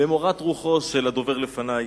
למורת רוחו של הדובר לפני.